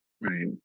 Right